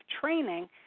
training